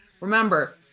Remember